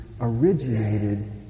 originated